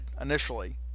initially